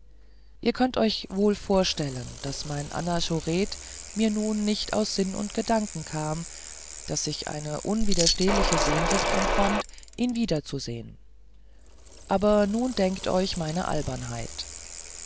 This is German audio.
ihr könnt euch wohl vorstellen daß mein anachoret mir nun nicht aus sinn und gedanken kam daß ich eine unwiderstehliche sehnsucht empfand ihn wiederzusehen aber nun denkt euch meine albernheit